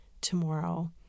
tomorrow